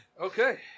Okay